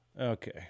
okay